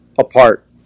apart